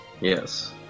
Yes